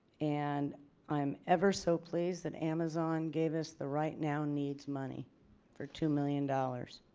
and i'm ever so pleased that amazon gave us the right now needs money for two million dollars.